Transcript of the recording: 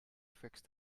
fixed